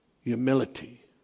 humility